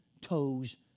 toes